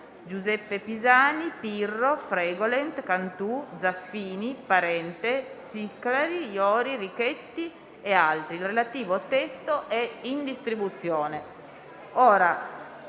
Giuseppe, Pirro, Fregolent, Cantù, Zaffini, Parente, Siclari, Iori, Richetti e altri, il cui testo è in distribuzione.